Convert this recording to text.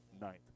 ninth